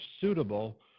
suitable